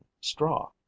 straw